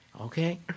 Okay